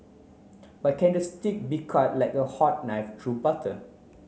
but can the steak be cut like a hot knife through butter